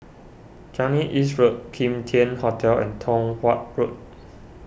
Changi East Road Kim Tian Hotel and Tong Watt Road